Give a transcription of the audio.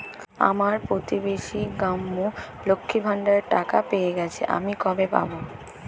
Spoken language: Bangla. আমার প্রতিবেশী গাঙ্মু, লক্ষ্মীর ভান্ডারের টাকা পেয়ে গেছে, আমি কবে পাব?